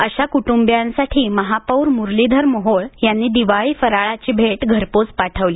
अशा कुटुंबीयांसाठी महापौर मुरलीधर मोहोळ यांनी दिवाळी फराळाची भेट घरपोच पाठवली